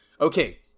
okay